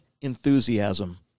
enthusiasm